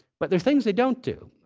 but there are things they don't do.